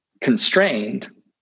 constrained